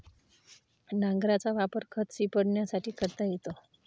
नांगराचा वापर खत शिंपडण्यासाठी करता येतो